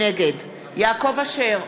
נגד יעקב אשר,